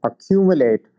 accumulate